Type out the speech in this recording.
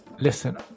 Listen